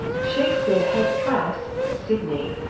shakespeare head press, sydney.